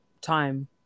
time